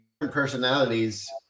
personalities